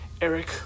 Eric